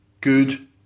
good